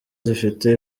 zifite